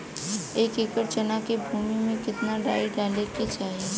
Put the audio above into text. एक एकड़ चना के भूमि में कितना डाई डाले के चाही?